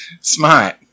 Smart